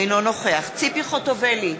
אינו נוכח ציפי חוטובלי,